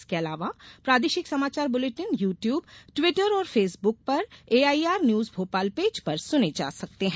इसके अलावा प्रादेशिक समाचार बुलेटिन यू ट्यूब टिवटर और फेसबुक पर एआईआर न्यूज भोपाल पेज पर सुने जा सकते हैं